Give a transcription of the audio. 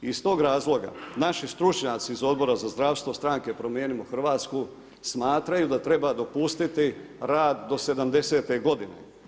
Iz tog razloga naši stručnjaci iz Odbora za zdravstvo stranke Promijenimo Hrvatsku smatraju da treba dopustiti rad do 70.-te godine.